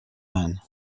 man